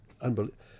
unbelievable